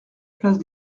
place